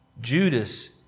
Judas